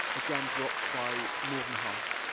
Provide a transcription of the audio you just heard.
again, dropped by more than half.